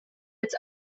its